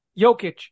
Jokic